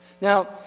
Now